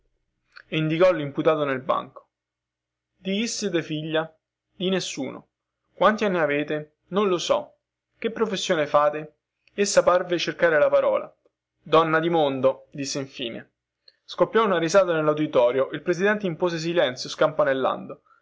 e indicò limputato nel banco di chi siete figlia di nessuno quanti anni avete non lo so che professione fate essa parve cercare la parola donna di mondo disse infine scoppiò unaltra risata nelluditorio il presidente impose silenzio